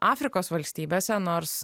afrikos valstybėse nors